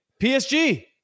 psg